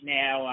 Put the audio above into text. now